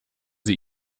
sie